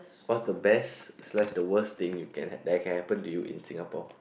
what's the best slash the worst things you can that can happen in you in Singapore